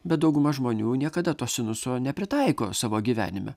bet dauguma žmonių niekada to sinuso nepritaiko savo gyvenime